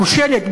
כושלת,